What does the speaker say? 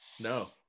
No